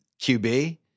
QB